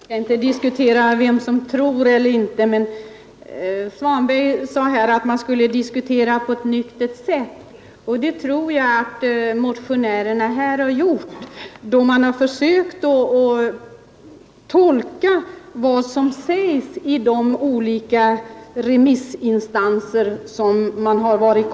Fru talman! Jag skall inte diskutera vem som tror eller inte tror. Herr Svanberg sade att man borde diskutera på ett nyktert sätt. Det anser jag att motionärerna gjort då de försökt tolka vad de olika remissinstanserna sagt.